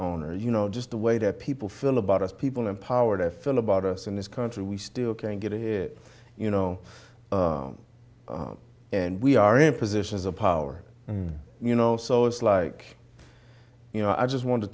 owner you know just the way that people feel about us people in power to feel about us in this country we still can't get it you know and we are in positions of power and you know so it's like you know i just